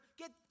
get